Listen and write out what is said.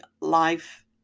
life